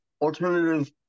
alternative